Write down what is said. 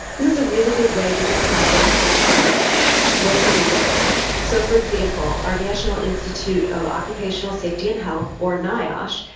this is a really good way to do projects that are locally relevant. so for example, our national institute of occupational safety and health, or niosh,